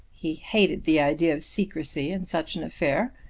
he hated the idea of secrecy in such an affair,